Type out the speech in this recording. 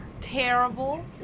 terrible